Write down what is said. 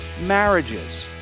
marriages